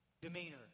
demeanor